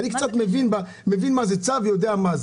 אבל אני מבין מה זה צו ויודע מה זה.